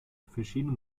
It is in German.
verschiedene